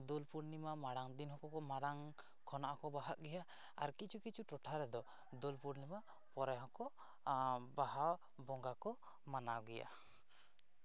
ᱫᱳᱞ ᱯᱩᱨᱱᱤᱢᱟ ᱢᱟᱲᱟᱝ ᱫᱤᱱ ᱦᱚᱸᱠᱚ ᱢᱟᱲᱟᱝ ᱠᱷᱚᱱᱟᱜ ᱦᱚᱸᱠᱚ ᱵᱟᱦᱟᱜ ᱜᱮᱭᱟ ᱟᱨ ᱠᱤᱪᱷᱩ ᱠᱤᱪᱷᱩ ᱴᱚᱴᱷᱟ ᱨᱮᱫᱚ ᱫᱳᱞ ᱯᱩᱨᱱᱤᱢᱟ ᱯᱚᱨᱮ ᱦᱚᱸᱠᱚ ᱵᱟᱦᱟ ᱵᱚᱸᱜᱟ ᱠᱚ ᱢᱟᱱᱟᱣ ᱜᱮᱭᱟ